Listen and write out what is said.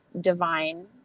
divine